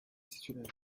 titulaire